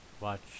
watch